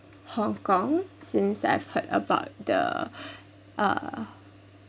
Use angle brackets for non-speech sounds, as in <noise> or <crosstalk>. hong kong since I've heard about the <breath> uh